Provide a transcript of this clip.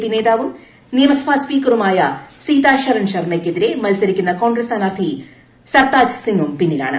P നേതാവും നിയമസഭാ സ്പീക്കറുമായ സീതാശരൺ ശരമ്മയ്ക്ക് എതിരെ മത്സരിക്കുന്ന കോൺഗ്രസ് സ്ഥാനാർത്ഥി സർത്താജ് സിംഗും പിന്നിലാണ്